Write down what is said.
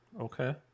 Okay